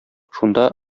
шунда